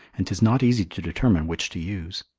and tis not easy to determine which to use.